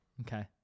Okay